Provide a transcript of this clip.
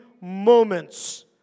moments